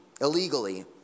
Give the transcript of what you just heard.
illegally